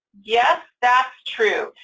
yes, that's true,